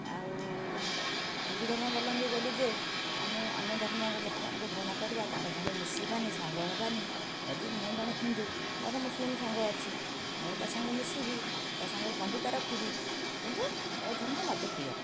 ଆଉ ହିନ୍ଦୁ ଧର୍ମାବଲମ୍ବୀ ବୋଲି ଯେ ଆମେ ଅନ୍ୟ ଧର୍ମଙ୍କୁ ଲୋକମାନଙ୍କୁ ଘୃଣା କରିବା ତାଙ୍କ ସାଙ୍ଗେ ମିଶିବାନି ସାଙ୍ଗ ହେବାନି ଯଦି ମୁଁ ଜଣେ ହିନ୍ଦୁ ମୋର ମୁସଲିମ୍ ସାଙ୍ଗ ଅଛି ମୁଁ ତା' ସାଙ୍ଗେ ମିଶିବି ତା' ସାଙ୍ଗେ ବନ୍ଧୁତା ରଖିବି କିନ୍ତୁ ମୋ ଧର୍ମ ମୋତେ ପ୍ରିୟ